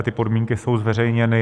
Ty podmínky jsou zveřejněny.